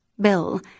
Bill